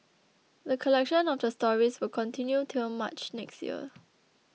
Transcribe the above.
the collection of the stories will continue till March next year